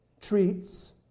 treats